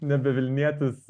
nebe vilnietis